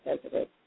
President